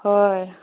ꯍꯣꯏ